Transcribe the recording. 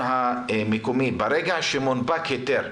המקומי, ברגע שמונפק היתר,